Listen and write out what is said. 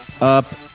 up